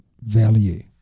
value